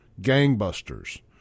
Gangbusters